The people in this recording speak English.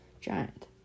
giant